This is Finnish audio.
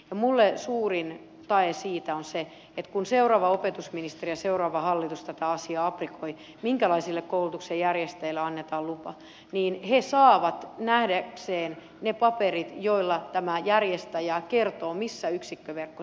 minulle suurin tae siitä on se että kun seuraava opetusministeri ja seuraava hallitus aprikoivat tätä asiaa minkälaisille koulutuksen järjestäjille annetaan lupa niin he saavat nähdäkseen ne paperit joissa tämä järjestäjä kertoo missä yksikköverkko sijaitsee